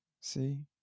see